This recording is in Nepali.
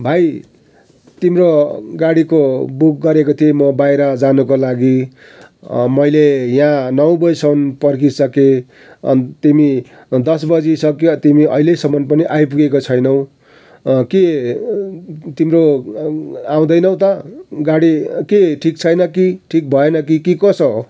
भाइ तिम्रो गाडीको बुक गरेको थिएँ म बाहिर जानुको लागि मैले यहाँ नौ बजेसम्म पर्खिसकेँ अनि तिमी दस बजिसक्यो तिमी अहिलेसम्म पनि आइपुगेको छैनौ के तिम्रो आउँदैनौ त गाडी के ठिक छैन कि ठिक भएन कि कि कसो हो